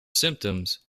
symptoms